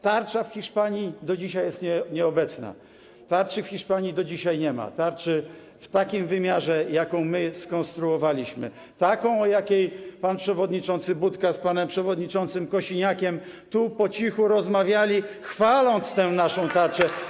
Tarcza w Hiszpanii do dzisiaj jest nieobecna, tarczy w Hiszpanii do dzisiaj nie ma, tarczy w takim wymiarze, jaką my skonstruowaliśmy, takiej, o jakiej pan przewodniczący Budka z panem przewodniczącym Kosiniakiem tu po cichu rozmawiali, chwaląc tę naszą tarczę.